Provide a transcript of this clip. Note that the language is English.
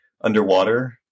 underwater